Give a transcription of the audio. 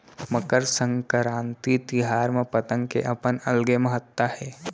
मकर संकरांति तिहार म पतंग के अपन अलगे महत्ता हे